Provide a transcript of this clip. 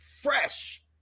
fresh